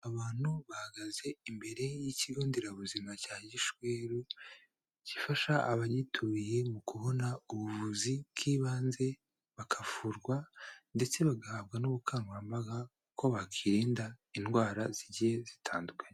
Abantu bahagaze imbere y'ikigo nderabuzima cya Gishweru gifasha abagituriye mu kubona ubuvuzi bw'ibanze, bakavurwa ndetse bagahabwa n'ubukangurambaga bwo kwirinda indwara zigiye zitandukanye.